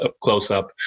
close-up